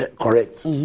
correct